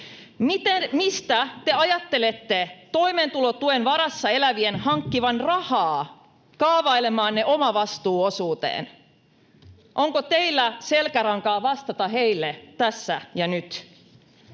Mistä te ajattelette toimeentulotuen varassa elävien hankkivan rahaa kaavailemaanne omavastuuosuuteen? Onko teillä selkärankaa vastata heille tässä ja nyt?